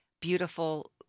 beautiful